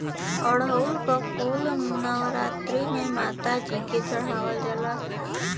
अढ़ऊल क फूल नवरात्री में माता जी के चढ़ावल जाला